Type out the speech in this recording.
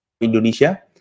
Indonesia